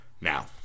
Now